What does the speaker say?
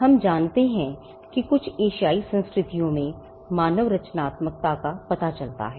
हम जानते हैं कि कुछ एशियाई संस्कृतियों में मानव रचनात्मकता का पता चलता है